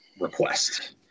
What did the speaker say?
request